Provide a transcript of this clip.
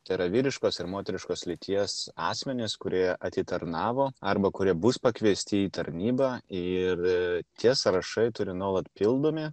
tai yra vyriškos ir moteriškos lyties asmenys kurie atitarnavo arba kurie bus pakviesti į tarnybą ir tie sąrašai turi nuolat pildomi